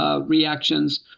reactions